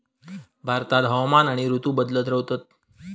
भारतात हवामान आणि ऋतू बदलत रव्हतत